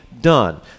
done